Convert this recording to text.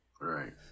Right